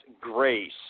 grace